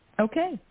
Okay